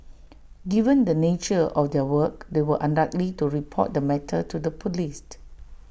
given the nature of their work they were unlikely to report the matter to the Police